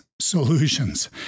solutions